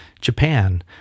Japan